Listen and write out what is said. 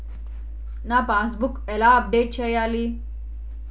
నా passbook ఎలా update చేయాలి?